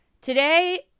Today